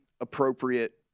appropriate